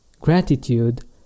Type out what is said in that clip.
Gratitude